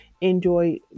enjoy